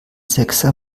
sechser